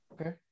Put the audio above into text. Okay